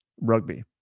rugby